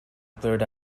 blurt